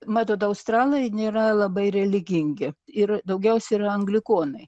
matot australai nėra labai religingi ir daugiausia yra anglikonai